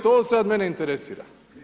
To sada mene interesira.